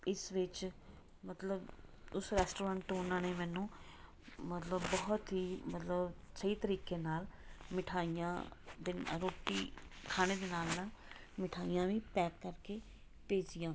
ਇਸ ਵਿੱਚ ਮਤਲਬ ਉਸ ਰੈਸਟੋਰੈਂਟ ਤੋਂ ਉਹਨਾਂ ਨੇ ਮੈਨੂੰ ਬਹੁਤ ਹੀ ਮਤਲਬ ਸਹੀ ਤਰੀਕੇ ਨਾਲ ਮਿਠਾਈਆਂ ਦੇ ਰੋਟੀ ਖਾਣੇ ਦੇ ਨਾਲ ਨਾਲ ਮਿਠਾਈਆਂ ਵੀ ਪੈਕ ਕਰਕੇ ਭੇਜੀਆਂ